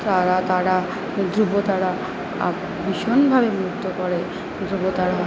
তারা তারা ধ্রুব তারা ভীষণভাবে মুগ্ধ করে ধ্রুব তারা